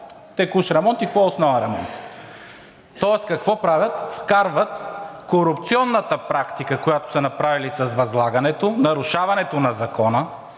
текущ ремонт и какво е основен ремонт. Тоест какво правят? Вкарват корупционната практика, която са направили с възлагането, нарушаването на Закона,